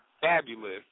fabulous